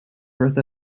worth